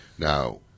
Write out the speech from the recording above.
Now